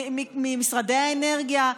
ממשרדי האנרגיה,